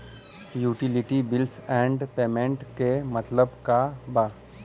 Utility bills and payments क मतलब का बा?